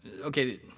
okay